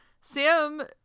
Sam